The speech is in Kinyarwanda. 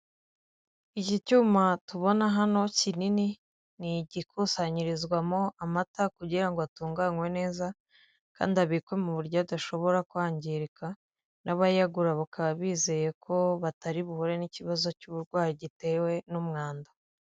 Iki cyuma tubona hano kinini ni igikusanyirizwamo amata, kugira ngo atunganywe neza, kandi abikwe mu buryo adashobora kwangirika n'abayagura bakaba bizeye ko batari buhure n'ikibazo cy'uburwayi gitewe n'umwanda.